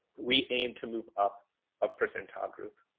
we aim to move up a percentile group.